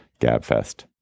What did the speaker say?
gabfest